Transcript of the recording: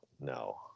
No